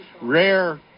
Rare